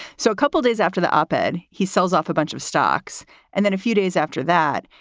so a couple days after the op ed, he sells off a bunch of stocks and then a few days after that,